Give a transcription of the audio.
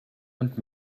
und